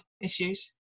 issues